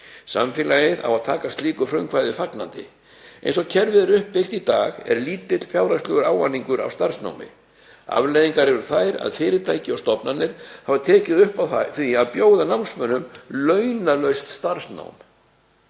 Samfélagið á að taka slíku frumkvæði fagnandi. Eins og kerfið er uppbyggt í dag er lítill fjárhagslegur ávinningur af starfsnámi. Afleiðingarnar eru þær að fyrirtæki og stofnanir hafa tekið upp á því að bjóða námsmönnum launalaust starfsnám.